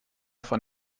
von